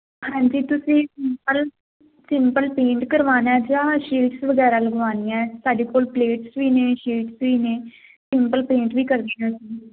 ਹਾਂਜੀ ਤੁਸੀਂ simple simple paint ਕਰਵਾਉਣਾ ਜਾਂ ਸ਼ੀਟਸ ਵਗੈਰਾ ਲਗਵਾਉਣੀਆ ਹੈ ਸਾਡੇ ਕੋਲ ਪਲੇਟਸ ਵੀ ਨੇ ਸ਼ੀਟਸ ਵੀ ਨੇ ਸਿੰਪਲ ਪੇਂਟ ਵੀ ਕਰਦੇ ਹਾਂ